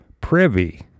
privy